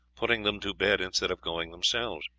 putting them to bed instead of going themselves.